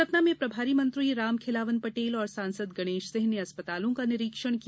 सतना में प्रभारी मंत्री रामखेलावन पटेल और सांसद गणेश सिंह ने अस्पतालों का निरीक्षण किया